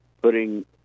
putting